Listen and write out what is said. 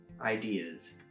ideas